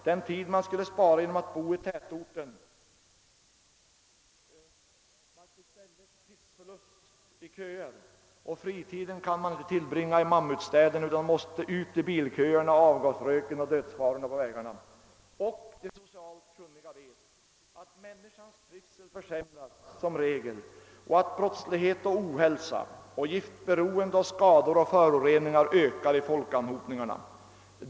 Den tid man skulle spara genom att bo i tätorten blev i stället tidsförlust i köer, och fritiden kan man inte tillbringa i mammutstäderna utan man måste ut i bilköerna, avgasröken och dödsfarorna på vägarna. De socialt kunniga vet att människans trivsel försämras och att brottslighet, ohälsa, giftberoende och skador av föroreningar ökar i folkanhopningarna.